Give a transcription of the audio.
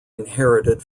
inherited